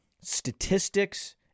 statistics